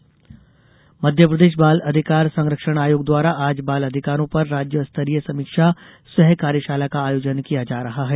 कार्यशाला मध्यप्रदेश बाल अधिकार संरक्षण आयोग द्वारा आज बाल अधिकारों पर राज्य स्तरीय समीक्षा सह कार्यशाला का आयोजन किया जा रहा है